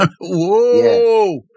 Whoa